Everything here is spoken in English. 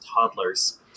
toddlers